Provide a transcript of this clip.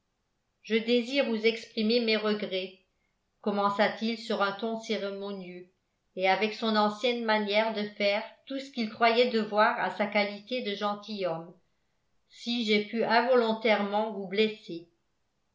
je désire vous exprimer mes regrets commença-t-il sur un ton cérémonieux et avec son ancienne manière de faire tout ce qu'il croyait devoir à sa qualité de gentilhomme si j'ai pu involontairement vous blesser